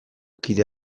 kide